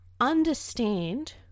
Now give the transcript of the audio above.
understand